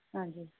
ਹਾਂਜੀ